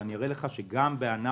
ואני אראה לך שגם בענף